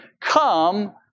Come